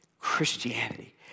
Christianity